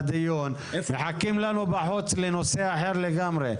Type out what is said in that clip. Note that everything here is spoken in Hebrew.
מחכים לנו בחוץ לנושא אחר לגמרי.